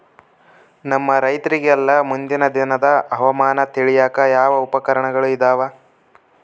ನಮ್ಮ ರೈತರಿಗೆಲ್ಲಾ ಮುಂದಿನ ದಿನದ ಹವಾಮಾನ ತಿಳಿಯಾಕ ಯಾವ ಉಪಕರಣಗಳು ಇದಾವ?